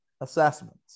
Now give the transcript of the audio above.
assessments